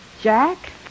Jack